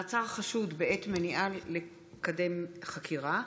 (מעצר חשוד בעת מניעה לקדם חקירה),